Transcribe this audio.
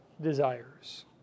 desires